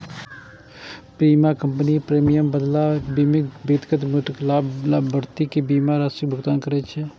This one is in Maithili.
बीमा कंपनी प्रीमियमक बदला बीमित व्यक्ति मृत्युक बाद लाभार्थी कें बीमा राशिक भुगतान करै छै